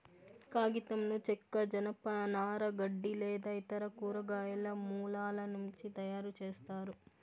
కాగితంను చెక్క, జనపనార, గడ్డి లేదా ఇతర కూరగాయల మూలాల నుంచి తయారుచేస్తారు